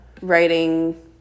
writing